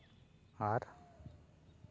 ᱟᱨ